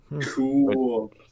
Cool